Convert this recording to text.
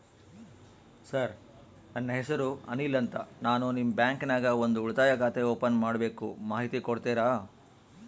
Sir ನನ್ನ ಹೆಸರು ಅನಿಲ್ ಅಂತ ನಾನು ನಿಮ್ಮ ಬ್ಯಾಂಕಿನ್ಯಾಗ ಒಂದು ಉಳಿತಾಯ ಖಾತೆ ಓಪನ್ ಮಾಡಬೇಕು ಮಾಹಿತಿ ಕೊಡ್ತೇರಾ?